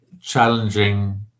challenging